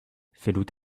fellout